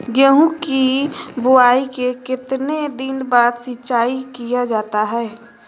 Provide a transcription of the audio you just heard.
गेंहू की बोआई के कितने दिन बाद सिंचाई किया जाता है?